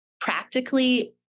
practically